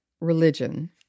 religion